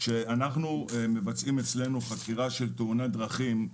כשאנחנו מבצעים אצלנו חקירה של תאונת דרכים,